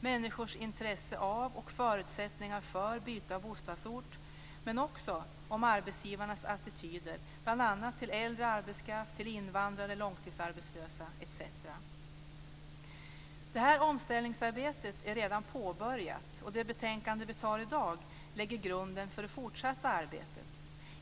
människors intresse av och förutsättningar för byte av bostadsort men också om arbetsgivarnas attityder, bl.a. till äldre arbetskraft, invandrare och långtidsarbetslösa. Det här omställningsarbetet är redan påbörjat, och det betänkande som vi tar i dag lägger grunden för det fortsatta arbetet.